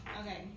Okay